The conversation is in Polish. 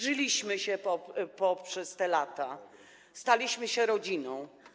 Zżyliśmy się po przez te lata, staliśmy się rodziną.